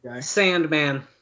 Sandman